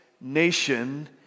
nation